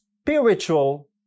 spiritual